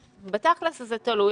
בתכל'ס, זה תלוי.